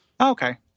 Okay